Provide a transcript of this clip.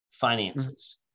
finances